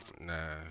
Nah